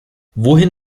wohin